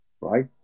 Right